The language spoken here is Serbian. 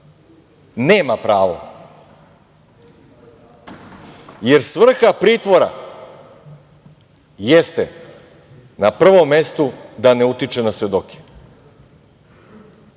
Nema pravo. Jer, svrha pritvora jeste na prvom mestu da ne utiče na svedoke.